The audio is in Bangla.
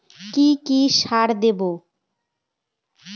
কি কি সার দেবো?